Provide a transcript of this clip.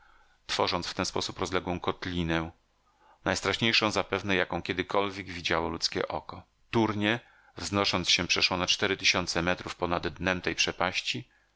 tworząc w ten sposób rozległą kotlinę najstraszniejszą zapewne jaką kiedykolwiek widziało ludzkie oko turnie wznosząc się przeszło na cztery tysiące metrów ponad dnem tej przepaści